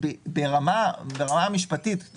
זה